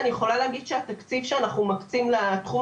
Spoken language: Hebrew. אני יכולה להגיד שהתקציב שאנחנו מקצים לתחום